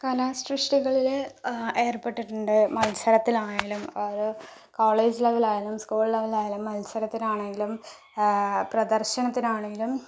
കലാസൃഷ്ടികളില് ഏർപ്പെട്ടിട്ടുണ്ട് മത്സരത്തിലാണെങ്കിലും ഒരു കോളേജ് ലെവൽ ആയാലും സ്കൂൾ ലെവൽ ആയാലും മത്സരത്തിലാണെങ്കിലും പ്രദർശനത്തിനാണെങ്കിലും